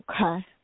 Okay